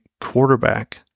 quarterback